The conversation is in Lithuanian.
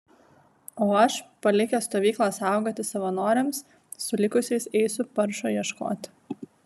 o aš palikęs stovyklą saugoti savanoriams su likusiais eisiu paršo ieškoti